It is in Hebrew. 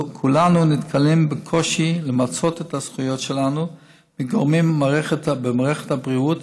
כולנו נתקלים בקושי למצות את הזכויות שלנו מגורמים במערכת הבריאות,